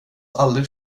aldrig